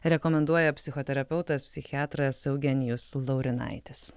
rekomenduoja psichoterapeutas psichiatras eugenijus laurinaitis